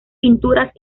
pinturas